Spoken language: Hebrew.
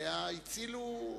וחכמיה הצילו,